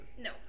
No